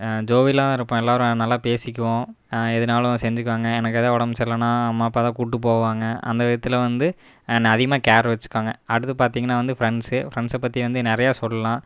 ஜோவியலா இருப்பான் எல்லோரும் நல்லா பேசிக்குவோம் எதுனாலும் செஞ்சுக்குவாங்க எனக்கு எதா உடம்பு செரிலனா அம்மா அப்பாதான் கூப்பிட்டு போவாங்க அந்த விதத்தில் வந்து என்னை அதிகமாக கேர் வெச்சிருக்காங்க அடுத்து பார்த்திங்கனா வந்து ஃப்ரெண்ட்ஸு ஃப்ரெண்ட்ஸை பற்றி வந்து நிறையா சொல்லலாம்